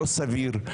לא סביר.